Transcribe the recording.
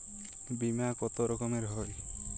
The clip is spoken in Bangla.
বিমা কত রকমের হয়?